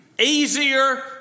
Easier